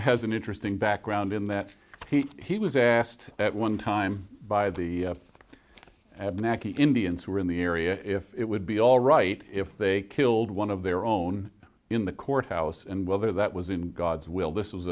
has an interesting background in that he was asked at one time by the fifth avenue indians who are in the area if it would be all right if they killed one of their own in the courthouse and whether that was in god's will this was